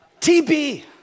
TB